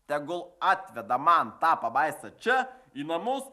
tegul atveda man tą pabaisą čia į namus